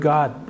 God